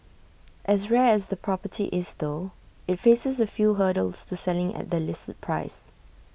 as rare as the property is though IT faces A few hurdles to selling at the listed price